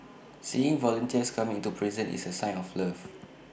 seeing volunteers coming into prison is A sign of love